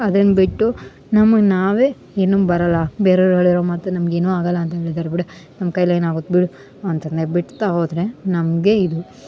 ಅದನ್ನ ಬಿಟ್ಟು ನಮಗ ನಾವೇ ಏನು ಬರಲ್ಲ ಬೇರೆವ್ರ ಹೇಳಿರೊ ಮಾತು ನಮ್ಗ ಏನು ಆಗಲ್ಲ ಅಂತ ಹೇಳಿದಾರ್ ಬಿಡು ನಮ್ಮ ಕೈಲಿ ಏನಾಗುತ್ತೆ ಬಿಡು ಅಂತನ್ನೆ ಬಿಡ್ತಾ ಹೋದ್ರೆ ನಮಗೆ ಇದು